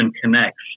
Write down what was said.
connects